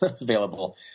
available